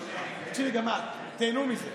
תקשיבי גם את, תיהנו מזה.